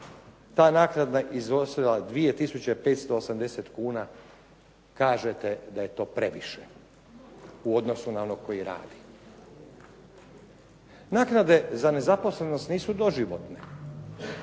ta naknada iznosila 2 tisuće 580 kuna, kažete da je to previše u odnosu na one koji rade. Naknade za nezaposlenost nisu doživotne,